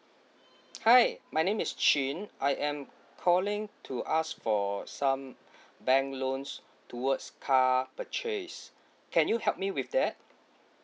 hi my name is chin I am calling to ask for some bank loans towards car purchase can you help me with that